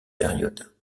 périodes